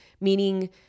meaning